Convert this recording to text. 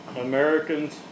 Americans